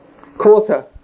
quarter